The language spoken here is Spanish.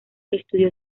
estudió